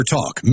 Talk